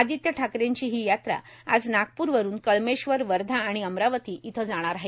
आदित्य ठाकरेंची ही यात्रा आज नागप्र वरुन कळमेश्वर वर्धा आणि अमरावती इथं जाणार आहे